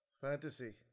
Fantasy